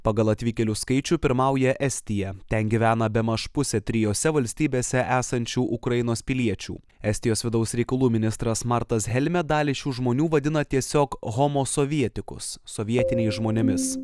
pagal atvykėlių skaičių pirmauja estija ten gyvena bemaž pusė trijose valstybėse esančių ukrainos piliečių estijos vidaus reikalų ministras martas helmė dalį šių žmonių vadina tiesiog homo sovietikus sovietiniais žmonėmis